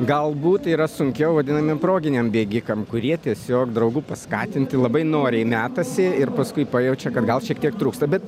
galbūt yra sunkiau vadinamiem proginiam bėgikam kurie tiesiog draugų paskatinti labai noriai metasi ir paskui pajaučia kad gal šiek tiek trūksta bet